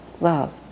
love